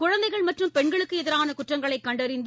குழந்தைகள் மற்றும் பெண்களுக்குஎதிரானகுற்றங்களைகண்டறிந்து